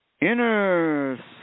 Inner